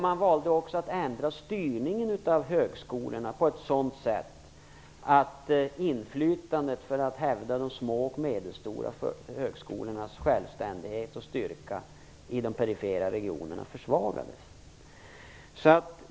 Man valde också att ändra styrningen av högskolorna på ett sådant sätt att inflytandet för att hävda de små och medelstora högskolornas självständighet och styrka i de perifera regionerna försvagades.